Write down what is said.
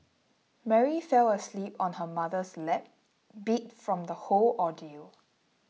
Mary fell asleep on her mother's lap beat from the whole ordeal